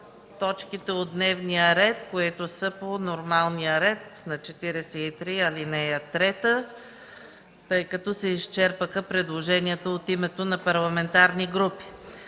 точките от дневния ред, които са по реда на чл. 43, ал. 3, тъй като се изчерпаха предложенията от името на парламентарни групи.